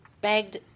begged